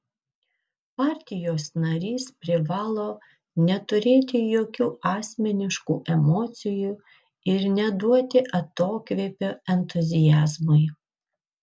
partijos narys privalo neturėti jokių asmeniškų emocijų ir neduoti atokvėpio entuziazmui